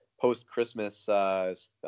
post-Christmas